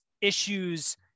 issues